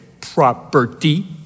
property